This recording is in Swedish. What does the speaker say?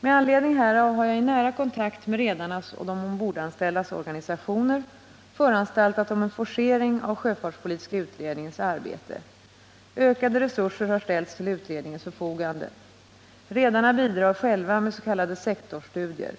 Med anledning härav har jag i nära kontakt med redarnas och de ombordanställdas organisationer föranstaltat om en forcering av sjöfartspolitiska utredningens arbete. Ökade resurser har ställts till utredningens förfogande. Redarna bidrar själva med s.k. sektorstudier.